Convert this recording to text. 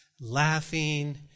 laughing